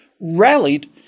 rallied